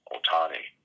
Otani